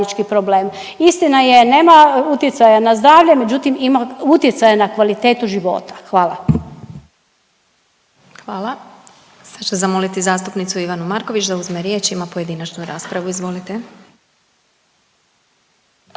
problem. Istina je, nema utjecaja na zdravlje, međutim, ima utjecaja na kvalitetu života. Hvala. **Glasovac, Sabina (SDP)** Hvala. Sad ću zamoliti zastupnicu Ivanu Marković da uzme riječ, ima pojedinačnu raspravu, izvolite.